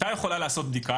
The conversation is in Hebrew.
הייתה יכולה להיעשות בדיקה,